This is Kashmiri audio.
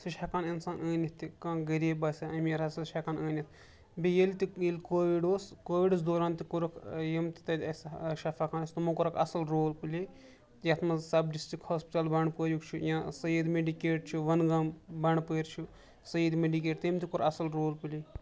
سُہ چھُ ہٮ۪کان اِنسان ٲنِتھ تہِ کانہہ غریٖب آسہِ یا أمیٖر ہسا چھُ ہٮ۪کان أنِتھ بیٚیہِ ییٚلہِ تہٕ ییٚلہِ کووِڈ اوس کووِڈس دوران تہِ کورُکھ یِم تہِ تَتہِ اسہِ شفاہ خانہٕ ٲسۍ تِمو کوٚر اکھ اَصٕٔل رول پٔلے یَتھ منٛز سَب ڈسٹرکٹ ہوسپِٹل بنڈپوریُک چھُ یا سیِد میڈکیٹ چھُ وَن گام بنڈپوٗ چھُ سیِد میڈکیٹ تٔمۍ تہِ کوٚر اَصٕل رول پٔلے